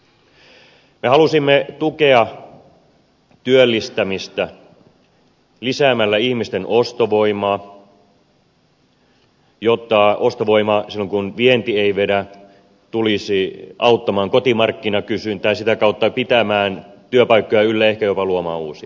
me halusimme tukea työllistämistä lisäämällä ihmisten ostovoimaa jotta ostovoima silloin kun vienti ei vedä tulisi auttamaan kotimarkkinakysyntää ja sitä kautta pitämään työpaikkoja yllä ja ehkä jopa luomaan uusia